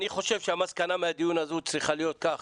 אני חושב שהמסקנה מהדיון הזה צריכה להיות כך,